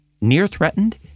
Near-threatened